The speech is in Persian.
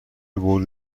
برد